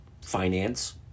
finance